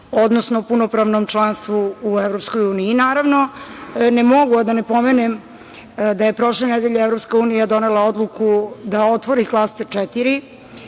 odnosno punopravnom članstvu u EU.Naravno, ne mogu a da ne pomenem da je prošle nedelje EU donela odluku da otvori klaster